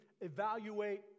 evaluate